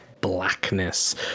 blackness